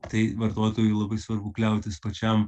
tai vartotojui labai svarbu kliautis pačiam